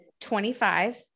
25